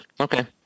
Okay